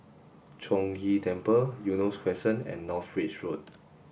Chong Ghee Temple Eunos Crescent and North Bridge Road